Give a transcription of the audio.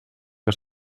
que